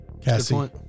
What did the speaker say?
Cassie